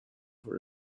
for